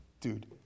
dude